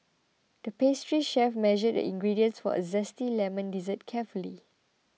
the pastry chef measured the ingredients for a Zesty Lemon Dessert carefully